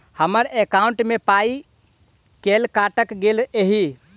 हम्मर एकॉउन्ट मे पाई केल काटल गेल एहि